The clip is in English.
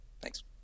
thanks